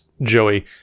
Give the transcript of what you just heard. Joey